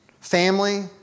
Family